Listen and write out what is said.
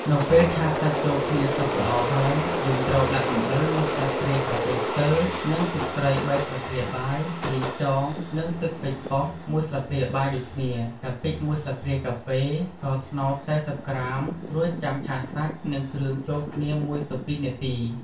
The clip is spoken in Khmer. នៅពេលឆាសាច់ចូលគ្នាសព្វល្អហើយ យើងត្រូវដាក់អំបិល១ស្លាបព្រាកាហ្វេស្ទើ ទឹកត្រីបីស្លាបព្រាបាយ ប្រេងខ្យង និង ទឹកប៉េងប៉ោះ ១ស្លាបព្រាបាយ ដូចគ្នា កាពិ ១ស្លាបព្រាកាហ្វេ ស្ករត្នោត ៤០ក្រាម រួចចាំឆាសាច់ និងគ្រឿងចូលគ្នា ១ទៅ ២នាទី។